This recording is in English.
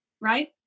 right